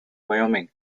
wyoming